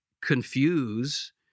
confuse